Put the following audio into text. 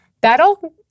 that'll